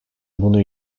bunu